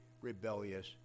rebellious